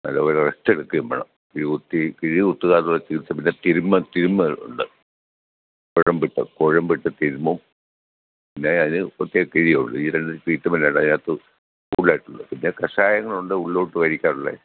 നല്ലതു പോലെ ഒറ്റ വെക്കുകയും വേണം കിഴി കുത്തി കിഴി കുത്തുക എന്ന ചികിത്സയും പിന്നെ തിരുമ്മൽ തിരുമ്മലുണ്ട് കുഴമ്പിട്ട് കുഴമ്പിട്ട് തിരുമ്മും പിന്നെ അത് ഒറ്റ കിഴിയെ ഉള്ളു ഈ രണ്ടു ട്രീറ്റ്മെൻറ്റാണ് അതിനകത്ത് കൂടുതലായിട്ടുള്ളത് പിന്നെ കഷായങ്ങളുണ്ട് ഉള്ളിലോട്ടു കഴിക്കാനുള്ളത്